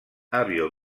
avió